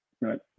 Right